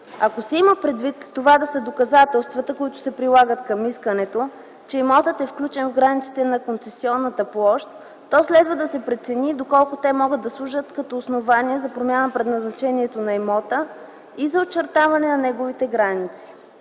Ако се има предвид това да са доказателствата, които се прилагат към искането, че имотът е включен в границите на концесионната площ, то следва да се прецени доколко те могат да служат като основание за промяна на предназначението на имота и за очертаване на неговите граници.